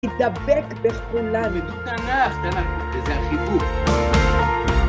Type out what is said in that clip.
להתדבק בכולנו. בתנ"ך, בנביא, וזה החיבור.